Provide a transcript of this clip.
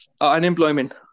unemployment